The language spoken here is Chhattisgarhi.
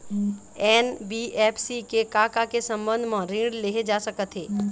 एन.बी.एफ.सी से का का के संबंध म ऋण लेहे जा सकत हे?